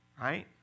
Right